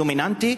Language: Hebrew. דומיננטי,